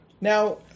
Now